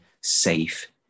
safe